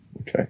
Okay